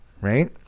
right